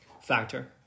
factor